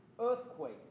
earthquake